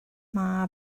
mae